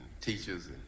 teachers